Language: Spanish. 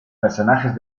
personajes